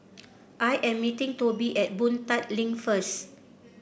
I am meeting Tobi at Boon Tat Link first